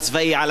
על השלום,